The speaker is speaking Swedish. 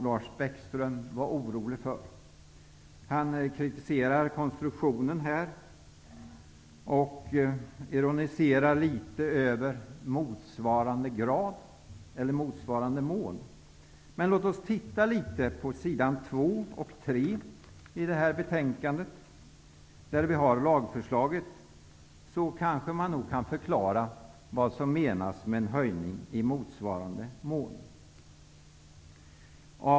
Lars Bäckström kritiserar konstruktionen och ironiserar litet över uttrycket ''i motsvarande mån''. Låt oss då titta på s. 2 och 3 i betänkandet, där lagförslaget finns. Det kanske kan förklara vad som menas med en höjning ''i motsvarande mån''.